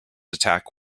attack